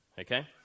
okay